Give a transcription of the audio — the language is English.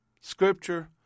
Scripture